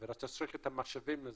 ואתה צריך את המשאבים לזה,